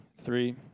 three